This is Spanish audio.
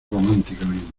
románticamente